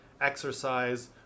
Exercise